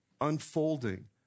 unfolding